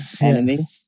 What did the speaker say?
enemy